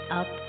up